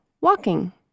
Walking